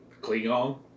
Klingon